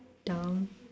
dumb